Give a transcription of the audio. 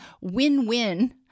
win-win